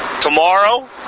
tomorrow